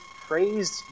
praised